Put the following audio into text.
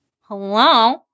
Hello